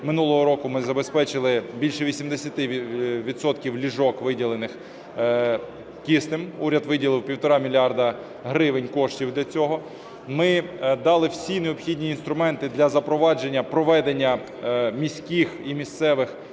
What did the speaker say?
Минулого року ми забезпечили більше 80 відсотків ліжок, виділених киснем, уряд виділив 1,5 мільярда гривень коштів для цього. Ми дали всі необхідні інструменти для запровадження проведення міських і місцевих